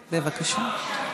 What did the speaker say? בבקשה.